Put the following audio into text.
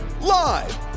Live